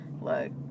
look